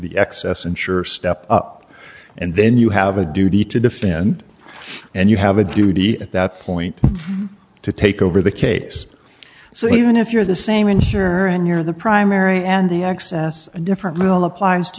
the excess insurer step up and then you have a duty to defend and you have a duty at that point to take over the case so even if you're the same insured and you're the primary and the access and different rule applies to